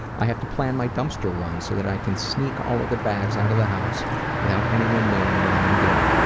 i have to plan my dumpster runs so that i can sneak all of the bags out of the house without anyone knowing what i am doing.